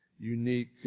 unique